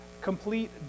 complete